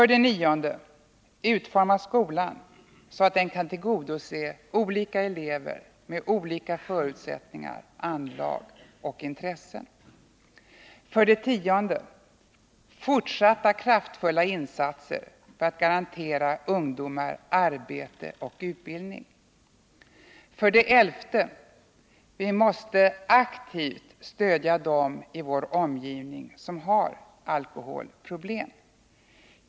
9. Utforma skolan så att den kan tillgodose olika elever med olika förutsättningar, anlag och intressen. 11. Vi måste aktivt stödja dem i vår omgivning som har alkoholproblem.